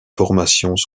formations